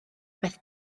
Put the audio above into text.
beth